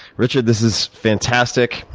richard, this is fantastic.